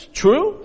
true